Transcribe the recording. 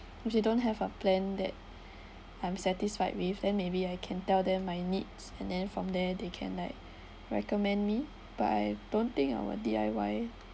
which don't have a plan that I'm satisfied with then maybe I can tell them my needs and then from there they can like recommend me but I don't think I'll D_I_Y